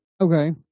Okay